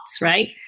right